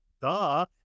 duh